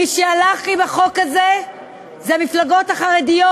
מי שהלכו עם החוק הזה אלה המפלגות החרדיות.